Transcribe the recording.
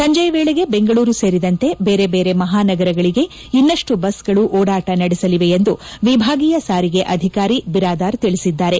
ಸಂಜೆಯ ವೇಳೆಗೆ ಬೆಂಗಳೂರು ಸೇರಿದಂತೆ ಬೇರೆ ಬೇರೆ ಮಹಾನಗರಗಳಿಗೆ ಇನ್ನಷ್ಟು ಬಸ್ಗಳು ಓಡಾಟ ನಡೆಸಲಿವೆ ಎಂದು ವಿಭಾಗೀಯ ಸಾರಿಗೆ ಅಧಿಕಾರಿ ಬಿರಾದಾರ ತಿಳಿಸಿದ್ದಾರೆ